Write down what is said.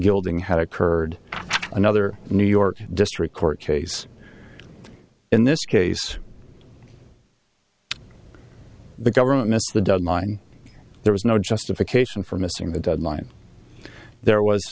gilding had occurred another new york district court case in this case the government missed the deadline there was no justification for missing the deadline there was